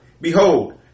behold